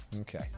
Okay